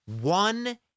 one